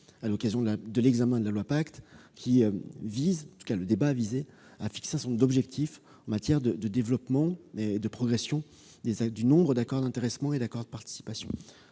à l'occasion de l'examen de la loi Pacte. Il s'agissait de fixer des objectifs en matière de développement et de progression du nombre d'accords d'intéressement et d'accords de participation.